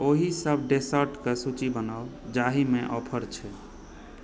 ओहि सब डेसर्ट क सूची बनाउ जाहिमे ऑफर छै